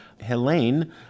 Helene